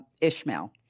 Ishmael